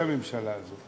את הממשלה הזאת?